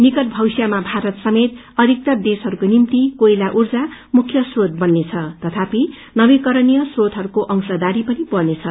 निकट भविष्यमा भारत समेत अथिक्तर देशहरूको निम्ति कोइला ऊर्जा मुख्य श्रोत बत्रेछ यद्यपि नवीकरणीय श्रोतहरूको अंशदारी पनि बढ़नेछ